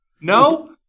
No